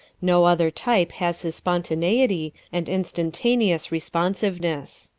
no other type has his spontaneity and instantaneous responsiveness.